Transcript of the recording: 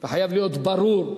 וחייב להיות ברור,